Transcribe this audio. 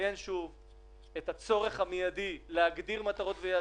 שוב את הצורך המידי להגדיר מטרות ויעדים,